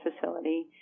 facility